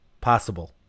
possible